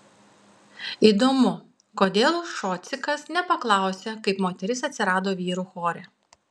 įdomu kodėl šocikas nepaklausė kaip moteris atsirado vyrų chore